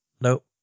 Nope